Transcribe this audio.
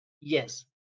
yes